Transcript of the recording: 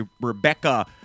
Rebecca